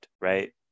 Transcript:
Right